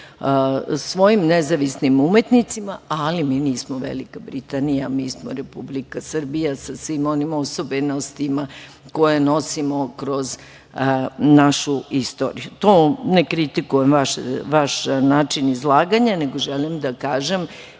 svojim nezavisnim umetnicima, ali mi nismo Velika Britanija, mi smo Republika Srbija sa svim onim osobenostima koje nosimo kroz našu istoriju. Ne kritikujem vaš način izlaganja, nego želim da kažem